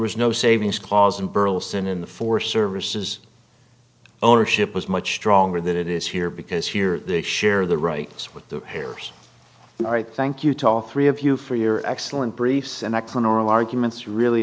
was no savings clause in burleson in the four services ownership was much stronger than it is here because here they share the rights with the hairs all right thank you tol three of you for your excellent briefs and excellent oral arguments really